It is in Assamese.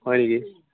হয় নেকি